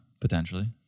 potentially